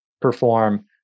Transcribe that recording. perform